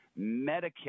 Medicare